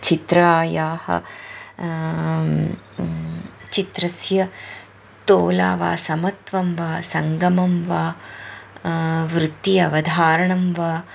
चित्रं चित्रस्य तोला वा समत्वं वा सङ्गमं वा वृत्ति अवधारणं वा